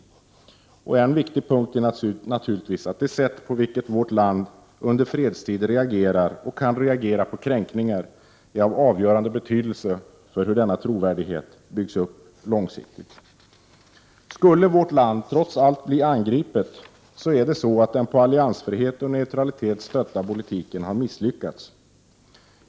En viktig punkt är naturligtvis att det sätt på vilket vårt land under fredstid reagerar och kan reagera på kränkningar är av avgörande betydelse för hur denna trovärdighet byggs upp långsiktigt. Skulle vårt land trots allt bli angripet har den på alliansfrihet och neutralitet stödda politiken misslyckats.